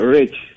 Rich